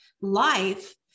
life